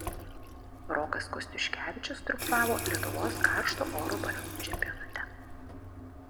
rokas kostiuškevičius triumfavo lietuvos karšto oro balionų čempionate